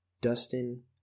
Dustin